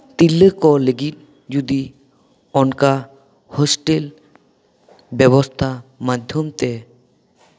ᱛᱤᱨᱞᱟᱹ ᱠᱚ ᱞᱟᱹᱜᱤᱫ ᱡᱩᱫᱤ ᱚᱱᱠᱟ ᱦᱳᱥᱴᱮᱞ ᱵᱮᱵᱚᱥᱛᱷᱟ ᱢᱟᱫᱽᱫᱷᱚᱢ ᱛᱮ